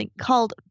called